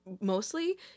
mostly